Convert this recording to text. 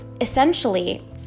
essentially